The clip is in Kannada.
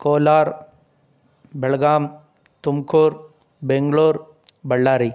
ಕೋಲಾರ ಬೆಳಗಾಂ ತುಮ್ಕೂರು ಬೆಂಗ್ಳೂರು ಬಳ್ಳಾರಿ